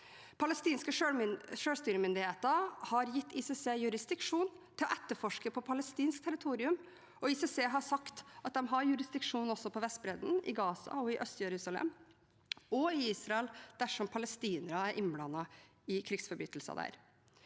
Palestinske selvstyremyndigheter har gitt ICC jurisdiksjon til å etterforske på palestinsk territorium, og ICC har sagt at de har jurisdiksjon også på Vestbredden, i Gaza, i Øst-Jerusalem og i Israel, dersom palestinere er innblandet i krigsforbrytelser der.